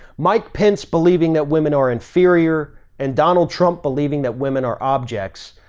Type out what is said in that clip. mike pence believing that women are inferior and donald trump believing that women are objects,